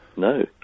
No